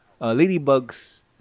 Ladybug's